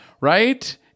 right